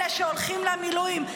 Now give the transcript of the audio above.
אלה שהולכים למילואים.